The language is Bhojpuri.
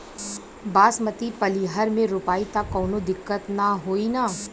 बासमती पलिहर में रोपाई त कवनो दिक्कत ना होई न?